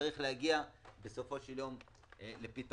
צריך להגיע בסופו של יום לפתרון.